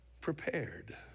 prepared